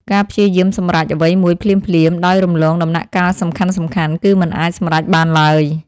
ការព្យាយាមសម្រេចអ្វីមួយភ្លាមៗ ដោយរំលងដំណាក់កាលសំខាន់ៗ គឺមិនអាចសម្រេចបានឡើយ។